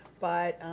but